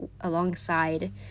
alongside